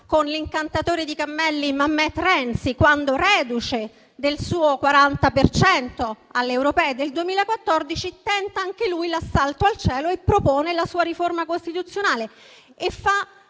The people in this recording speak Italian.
con l'incantatore di cammelli, Matteo "*Mehmet"* Renzi, quando, reduce del suo 40 per cento alle europee del 2014, tenta anche lui l'assalto al cielo e propone la sua riforma costituzionale,